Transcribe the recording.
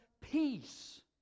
peace